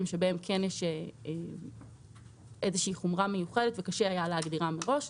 שבהם כן יש חומרה מיוחדת וקשה היה להגדירם מראש.